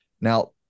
Now